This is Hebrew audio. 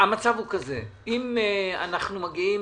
המצב הוא זה: אם אנחנו מגיעים